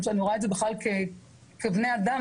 אני רואה את זה כבני אדם,